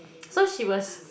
so she was